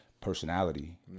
personality